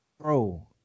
Bro